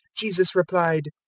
jesus replied,